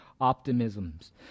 optimisms